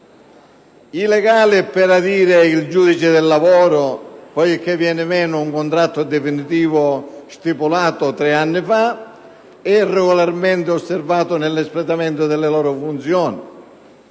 legali per adire il giudice del lavoro, poiché viene meno un contratto definitivo stipulato tre anni fa e regolarmente osservato nell'espletamento delle loro funzioni.